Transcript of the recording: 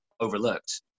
overlooked